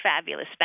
fabulous